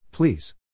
Please